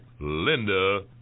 Linda